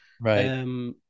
right